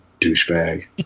douchebag